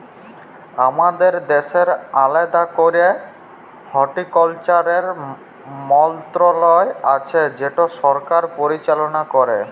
আমাদের দ্যাশের আলেদা ক্যরে হর্টিকালচারের মলত্রলালয় আছে যেট সরকার পরিচাললা ক্যরে